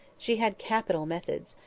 she had capital methods.